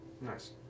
Nice